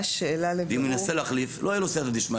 ואם ינסה להחליף לא יהיה לו סיעתא דשמיא